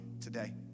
today